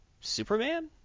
Superman